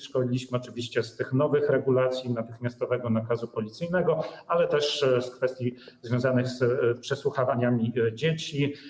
Szkoliliśmy oczywiście z nowych regulacji natychmiastowego nakazu policyjnego, ale też z kwestii związanych z przesłuchaniami dzieci.